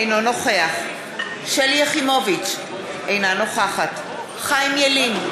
אינו נוכח שלי יחימוביץ, אינה נוכחת חיים ילין,